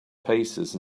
paces